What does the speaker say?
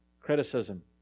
criticism